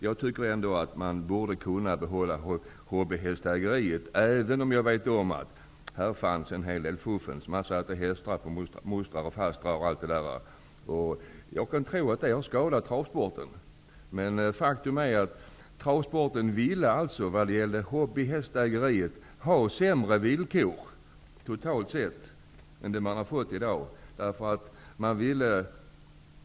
Jag tycker emellertid att man borde kunna behålla ''hobbyhästägeriet'', även om jag vet att det förekommit en hel del fuffens. Man satte hästar på mostrar och fastrar, osv. Jag tror att det kan ha skadat travsporten. Hobbyverksamheten med travhästar hade tidigare sämre villkor totalt sett än i dag.